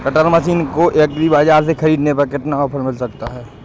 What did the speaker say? Cutter machine को agri बाजार से ख़रीदने पर कितना ऑफर मिल सकता है?